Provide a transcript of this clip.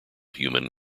human